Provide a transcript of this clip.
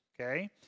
okay